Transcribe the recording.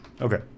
Okay